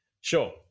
Sure